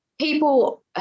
people